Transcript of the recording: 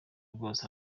rwose